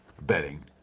betting